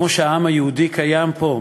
כמו שהעם היהודי קיים פה,